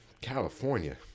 California